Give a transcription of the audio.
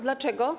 Dlaczego?